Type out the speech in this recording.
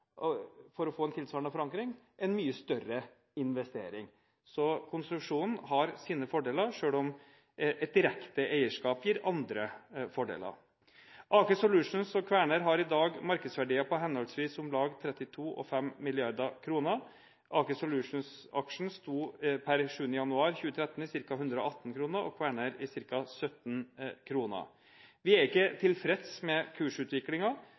en mye større investering. Så konstruksjonen har sine fordeler, selv om et direkte eierskap gir andre fordeler. Aker Solutions og Kværner har i dag markedsverdier på henholdsvis om lag 32 mrd. kr og 5 mrd. kr. Aker Solutions-aksjen sto per 7. januar 2013 i ca. 118 kr og Kværner-aksjen i ca. 17 kr. Vi er ikke tilfreds med